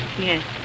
Yes